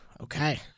okay